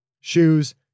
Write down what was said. Shoes